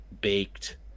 baked